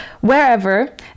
wherever